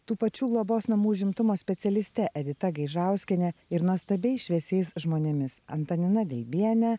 tų pačių globos namų užimtumo specialiste edita gaižauskiene ir nuostabiais šviesiais žmonėmis antanina veibiene